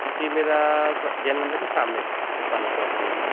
जी मेरा जैन मंदिर के सामने दुकान है सॉप है मेरी